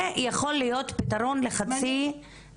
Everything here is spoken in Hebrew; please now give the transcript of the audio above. זה יכול להיות פתרון זמני